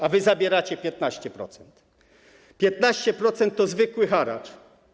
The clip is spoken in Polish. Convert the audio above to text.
A wy zabieracie 15%. 15% to zwykły haracz.